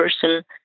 person